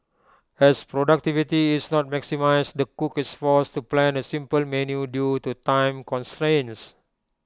as productivity is not maximised the cook is forced to plan A simple menu due to time constraints